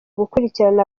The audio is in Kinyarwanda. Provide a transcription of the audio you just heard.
gukurikirana